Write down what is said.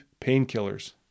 painkillers